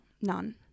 none